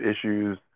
issues